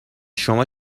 شما